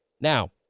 now